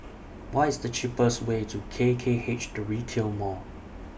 What IS The cheapest Way to K K H The Retail Mall